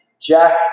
Jack